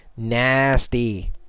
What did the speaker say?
Nasty